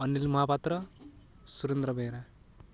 Anil Mahapatra Surendra Behera